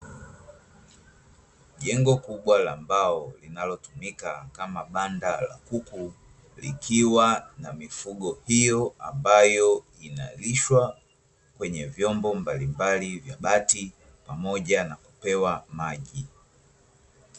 Jengo kubwa la mbao linalotumika kama banda la kuku likiwa na mifugo hiyo ambayo inalishwa kwenye vyombo mbalimbali vya bati pamoja na kupewa maji.